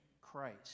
Christ